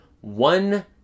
one